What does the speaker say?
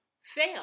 fail